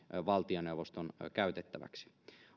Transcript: valtioneuvoston käytettäväksi